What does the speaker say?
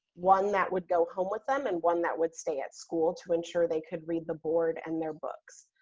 one that would go home with them, and one that would stay at school to ensure they could read the board and their books.